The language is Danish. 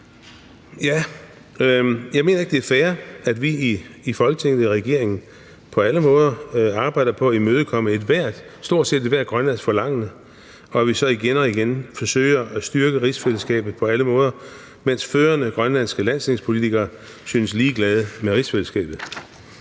Jeg mener ikke, det er fair, at vi i Folketinget og i regeringen på alle måder arbejder på at imødekomme stort set ethvert grønlandsk forlangende, og at vi så igen og igen forsøger at styrke rigsfællesskabet på alle måder, mens førende grønlandske landstingspolitikere synes ligeglade med rigsfællesskabet.